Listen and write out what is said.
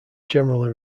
generally